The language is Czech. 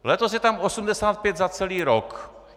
Letos je tam 85 za celý rok.